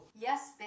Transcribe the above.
Yes